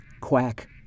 Quack